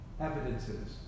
evidences